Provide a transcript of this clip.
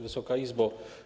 Wysoka Izbo!